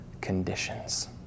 conditions